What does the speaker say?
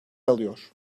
alıyor